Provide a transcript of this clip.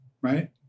right